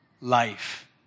life